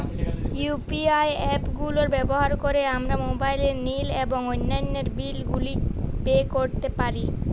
UPI app গুলো ব্যবহার করে আমরা মোবাইল নিল এবং অন্যান্য বিল গুলি পে করতে পারি